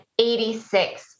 86